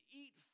eat